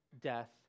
death